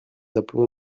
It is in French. appelons